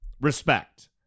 respect